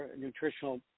nutritional